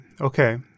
okay